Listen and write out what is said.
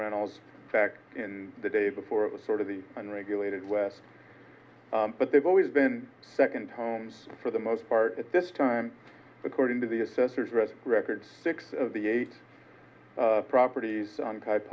rentals back in the day before it was sort of the unregulated west but they've always been second homes for the most part at this time according to the assessor's rez records six of the eight properties on type